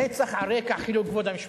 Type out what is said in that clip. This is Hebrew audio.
רצח על רקע חילול כבוד המשפחה,